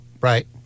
Right